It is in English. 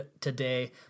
today